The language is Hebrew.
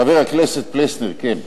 חבר הכנסת פלסנר, כן,